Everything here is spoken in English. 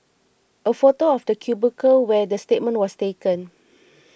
a photo of the cubicle where the statement was taken